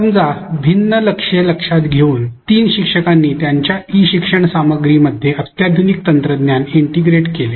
समजा भिन्न लक्ष्ये लक्षात घेऊन तीन शिक्षकांनी त्यांच्या ई शिक्षण सामग्रीमध्ये अत्याधुनिक तंत्रज्ञान इंटिग्रेट केले